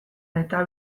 eta